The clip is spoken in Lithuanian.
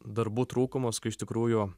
darbų trūkumus kai iš tikrųjų